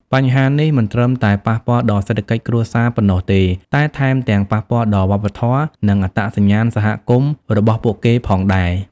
បញ្ហានេះមិនត្រឹមតែប៉ះពាល់ដល់សេដ្ឋកិច្ចគ្រួសារប៉ុណ្ណោះទេ តែថែមទាំងប៉ះពាល់ដល់ វប្បធម៌ និងអត្តសញ្ញាណសហគមន៍ របស់ពួកគេផងដែរ។